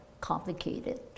complicated